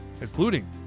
including